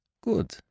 Good